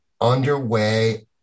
underway